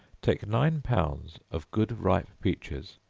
take nine pounds of good ripe peaches,